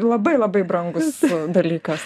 labai labai brangus dalykas